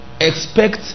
expect